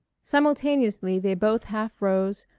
simultaneously they both half rose,